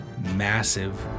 massive